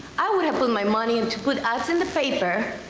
i would have put my money in to put ads in the paper,